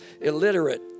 illiterate